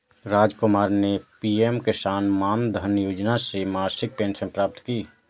रामकुमार ने पी.एम किसान मानधन योजना से मासिक पेंशन प्राप्त की